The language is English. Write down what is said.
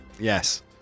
Yes